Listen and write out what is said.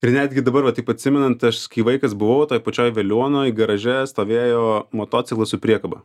ir netgi dabar va taip atsimenant aš kai vaikas buvau toj pačioj veliuonoj garaže stovėjo motociklas su priekaba